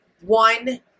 one